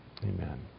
Amen